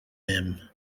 him